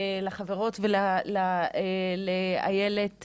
לחברות ולאיילת,